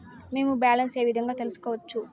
మేము బ్యాలెన్స్ ఏ విధంగా తెలుసుకోవచ్చు?